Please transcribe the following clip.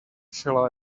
shall